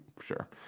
sure